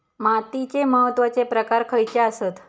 मातीचे महत्वाचे प्रकार खयचे आसत?